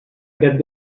aquest